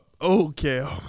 okay